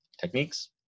techniques